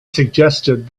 suggested